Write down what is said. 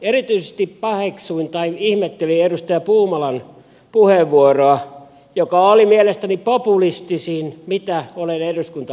erityisesti paheksuin tai ihmettelin edustaja puumalan puheenvuoroa joka oli mielestäni populistisin mitä olen eduskunta aikanani kuullut